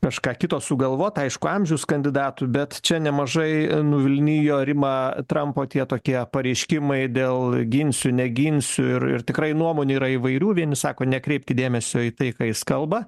kažką kito sugalvot aišku amžius kandidatų bet čia nemažai nuvilnijo rima trampo tie tokie pareiškimai dėl ginsiu neginsiu ir ir tikrai nuomonių yra įvairių vieni sako nekreipti dėmesio į tai ką jis kalba